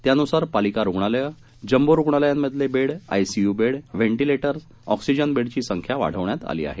त्यानुसार पालिका रुग्णालयं जम्बो रुग्णालयांतले bed ICU bed ventilators oxygen बेडची संख्या वाढवण्यात आली आहे